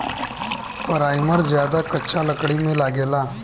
primer ज्यादातर कच्चा लकड़ी में लागेला